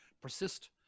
persist